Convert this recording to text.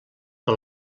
que